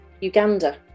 Uganda